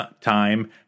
time